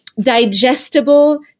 digestible